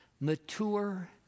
Mature